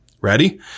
Ready